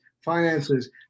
finances